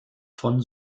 von